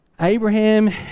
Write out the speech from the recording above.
Abraham